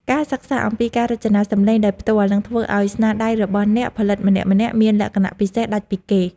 ការសិក្សាអំពីការរចនាសំឡេងដោយផ្ទាល់នឹងធ្វើឱ្យស្នាដៃរបស់អ្នកផលិតម្នាក់ៗមានលក្ខណៈពិសេសដាច់ពីគេ។